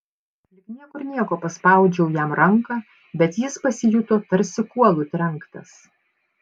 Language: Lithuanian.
lyg niekur nieko paspaudžiau jam ranką bet jis pasijuto tarsi kuolu trenktas